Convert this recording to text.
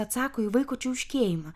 atsako į vaiko čiauškėjimą